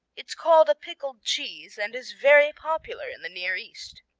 it's called a pickled cheese and is very popular in the near east.